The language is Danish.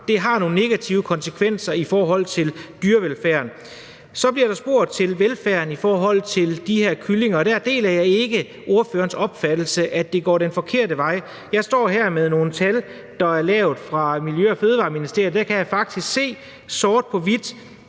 har nogle negative konsekvenser i forhold til dyrevelfærd. Så bliver der spurgt til velfærden i forhold til de her kyllinger, og der deler jeg ikke ordførerens opfattelse af, at det går den forkerte vej. Jeg står her med nogle tal fra Miljø- og Fødevareministeriet, og der kan jeg se sort på hvidt,